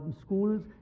schools